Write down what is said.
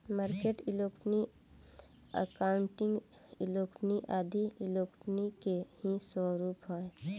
market liquidity, accounting liquidity आदी liquidity के ही स्वरूप है